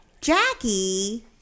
Jackie